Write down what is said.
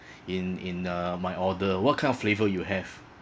in in uh my order what kind of flavour you have